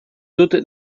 dut